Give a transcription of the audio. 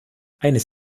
eines